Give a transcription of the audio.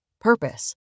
Purpose